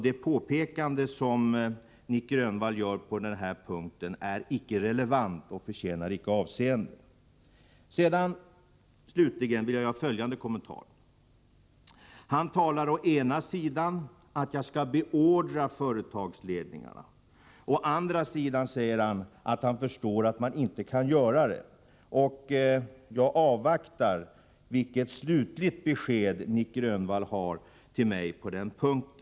Det påpekande som Nic Grönvall gör på denna punkt är icke relevant och förtjänar intet avseende. Sedan vill jag göra följande kommentar. Nic Grönvall talar å ena sidan om att jag skall ”beordra företagsledningarna” att göra vissa ting. Å andra sidan säger han att han förstår att man inte kan göra på det sättet. Jag avvaktar vilket slutligt besked Nic Grönvall har att ge mig på denna punkt.